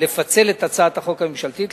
לפצל את הצעת החוק הממשלתית.